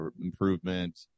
Improvement